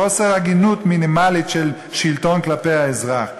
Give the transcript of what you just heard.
חוסר הגינות מינימלית של שלטון כלפי האזרח.